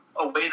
away